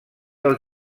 del